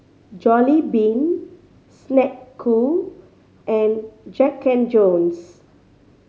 Jollibean Snek Ku and Jack and Jones